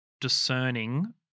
discerning